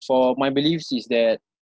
for my beliefs is that